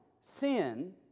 sin